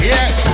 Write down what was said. Yes